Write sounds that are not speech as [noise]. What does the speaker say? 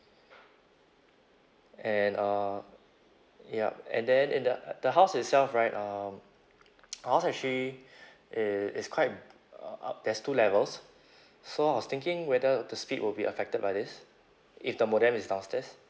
and uh yup and then in the uh the house itself right um [noise] our house actually i~ is quite uh up there's two levels so I was thinking whether the speed will be affected by this if the modem is downstairs